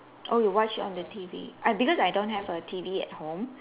oh you watch on the T_V I because I don't have a T_V at home